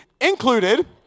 included